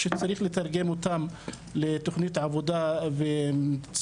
שצריך לתרגם אותם לתוכנית עבודה במציאות.